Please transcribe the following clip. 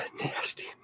Nasty